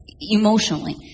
emotionally